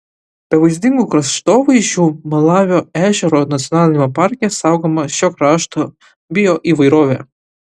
be vaizdingų kraštovaizdžių malavio ežero nacionaliniame parke saugoma šio krašto bioįvairovė